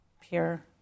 pure